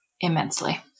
immensely